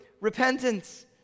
repentance